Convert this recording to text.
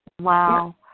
Wow